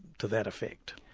to that effect.